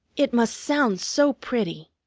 it must sound so pretty!